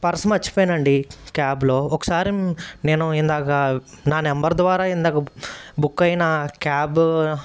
purse మర్చిపోయనండి క్యాబ్లో ఒకసారి నేను ఇందాక నా నెంబర్ ద్వారా ఇందాక బుక్ అయిన క్యాబ్